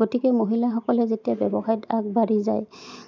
গতিকে মহিলাসকলে যেতিয়া ব্যৱসায়ত আগবাঢ়ি যায়